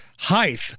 height